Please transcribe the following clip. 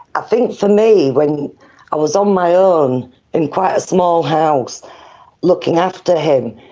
i think for me when i was on my own in quite a small house looking after him,